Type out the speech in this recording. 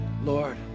Lord